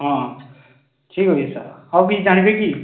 ହଁ ଠିକ୍ ଅଛି ସାର୍ ଆଉ କିଛି ଜାଣିବେ କି